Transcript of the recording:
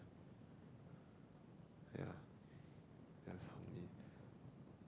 ya that's from me